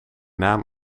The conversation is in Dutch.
naam